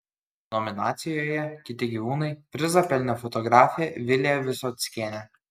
nominacijoje kiti gyvūnai prizą pelnė fotografė vilija visockienė